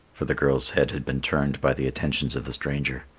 for the girl's head had been turned by the attentions of the stranger.